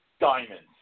Diamonds